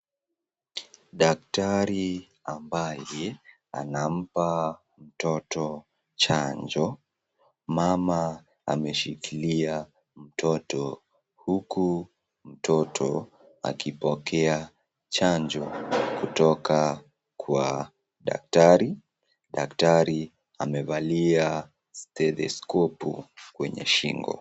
Daktari ambaye anampa mtoto chanjo. Mama anashikilia mtoto huku mtoto akipokea chanjo kutoka kwa daktari. Daktari amevalia stethoskopu kwenye shingo.